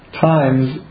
times